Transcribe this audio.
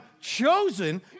chosen